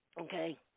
okay